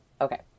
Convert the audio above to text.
Okay